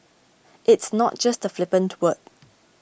it's not just a flippant word